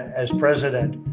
as president,